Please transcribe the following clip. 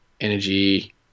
Energy